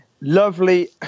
Lovely